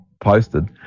posted